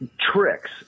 tricks